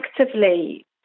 actively